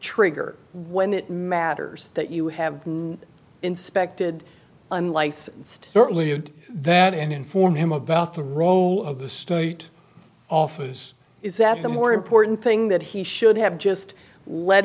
triggered when it matters that you have inspected unlicensed certainly and that informed him about the role of the state office is that the more important thing that he should have just let